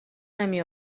نمی